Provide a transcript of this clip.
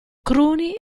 cruni